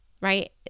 right